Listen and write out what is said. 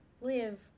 live